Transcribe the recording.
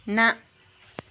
نہَ